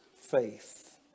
faith